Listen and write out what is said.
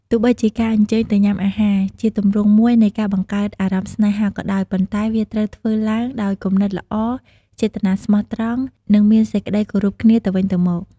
ទោះបីជាការអញ្ជើញទៅញ៉ាំអាហារ ជាទម្រង់មួយនៃការបង្កើតអារម្មណ៍ស្នេហាក៏ដោយ ប៉ុន្តែវាត្រូវធ្វើឡើងដោយគំនិតល្អ ចេតនាស្មោះត្រង់ និងមានសេចក្ដីគោរពគ្នាទៅវិញទៅមក។